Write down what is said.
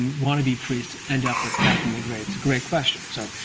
wannabe priest end up with catherine the great? it's a great question. so